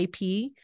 IP